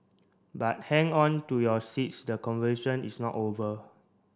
but hang on to your seats the confusion is not over